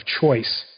Choice